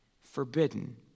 forbidden